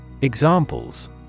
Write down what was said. Examples